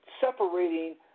separating